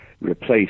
replace